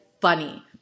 funny